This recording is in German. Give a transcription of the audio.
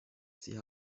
sie